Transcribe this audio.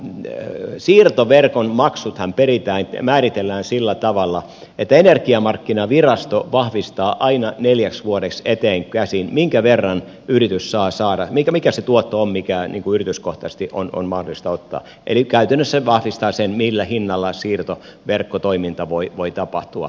nämä siirtoverkon maksuthan määritellään sillä tavalla että energiamarkkinavirasto vahvistaa aina neljäksi vuodeksi eteenkäsin minkä verran yritys saa saada mikä se tuotto on mikä yrityskohtaisesti on mahdollista ottaa eli käytännössä vahvistaa sen millä hinnalla siirtoverkkotoiminta voi tapahtua